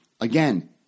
Again